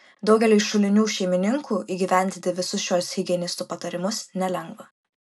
daugeliui šulinių šeimininkų įgyvendinti visus šiuos higienistų patarimus nelengva